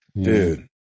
dude